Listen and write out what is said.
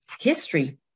History